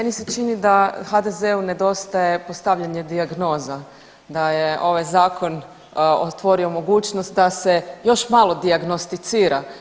Meni se čini da HDZ-u nedostaje postavljanje dijagnoza da je ovaj zakon otvorio mogućnost da se još malo dijagnosticira.